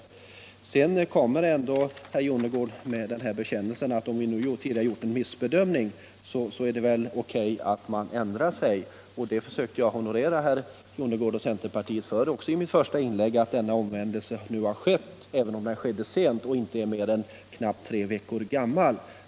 Sedan kommer ändå herr Jonnergård med bekännelsen att om man tidigare gjort en missbedömning är det väl O.K. att man ändrar sig. Ja, jag försökte i mitt inlägg också komplimentera herr Jonnergård och centerpartiet för att denna omvändelse nu har skett, även om den skedde sent och inte är mer än knappt tre veckor gammal.